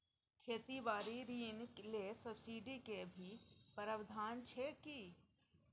खेती बारी ऋण ले सब्सिडी के भी प्रावधान छै कि?